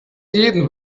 jeden